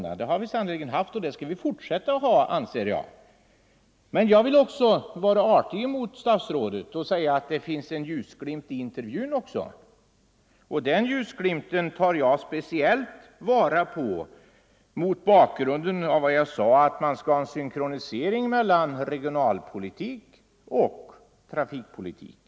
En sådan har vi sannerligen haft och skall fortsätta att ha, anser jag. Men jag vill också vara artig mot statsrådet och säga att det finns en ljusglimt även i intervjun, och den ljusglimten tar jag speciellt fasta på mot bakgrund av att vi bör ha en synkronisering mellan regionalpolitiken och trafikpolitiken.